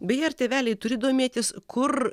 beje ar tėveliai turi domėtis kur